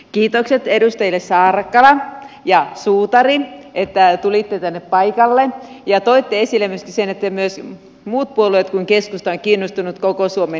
kiitokset edustajille saarakkala ja suutari että tulitte tänne paikalle ja toitte esille myöskin sen että myös muut puolueet kuin keskusta ovat kiinnostuneet koko suomen kehittämisestä